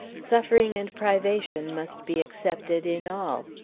suffering and privation must be accepted in all.